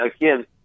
again